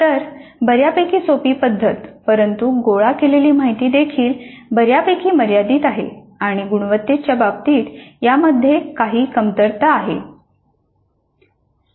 तर बऱ्यापैकी सोपी पद्धत परंतु गोळा केलेली माहिती देखील बऱ्यापैकी मर्यादित आहे आणि गुणवत्तेच्या बाबतीत यामध्ये काही कमतरता आहेत